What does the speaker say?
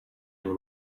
and